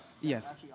yes